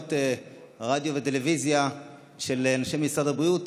בראיונות ברדיו ובטלוויזיה של אנשים ממשרד הבריאות,